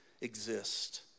exist